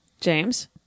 James